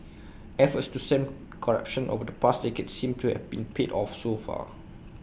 efforts to stem corruption over the past decade seem to have been paid off so far